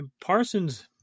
Parsons